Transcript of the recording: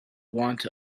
want